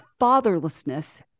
fatherlessness-